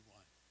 one